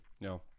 No